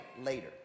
later